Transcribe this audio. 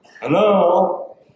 Hello